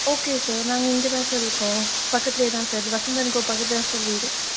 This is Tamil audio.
ஓகே சார் நாங்கள் இங்கே தான் சார் இருக்கோம் பக்கத்திலையே தான் சார் வசந்த் அண்ட் கோ பக்கத்தில் தான் சார் வீடு